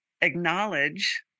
acknowledge